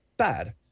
bad